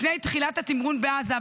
לפני תחילת התמרון בעזה,